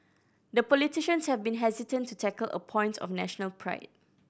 the politicians have been hesitant to tackle a point of national pride